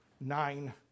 nine